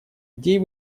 идей